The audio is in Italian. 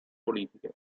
politiche